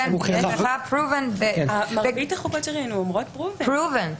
מרבית החוקות אומרות פרובן.